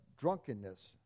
drunkenness